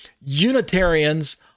Unitarians